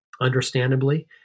understandably